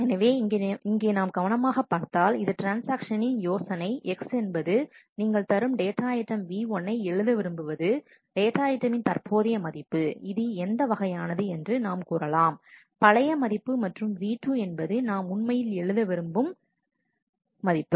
எனவே இங்கே நாம் கவனமாகப் பார்த்தால் இது ட்ரான்ஸ்ஆக்ஷனின் யோசனை X என்பது நீங்கள் தரும் டேட்டா ஐட்டம் v1 ஐ எழுத விரும்புவது டேட்டா ஐட்ட மின் தற்போதைய மதிப்பு இது எந்த வகையானது என்று நாம் கூறலாம் பழைய மதிப்பு மற்றும் v 2 என்பது நாம் உண்மையில் எழுத விரும்பும் மதிப்பு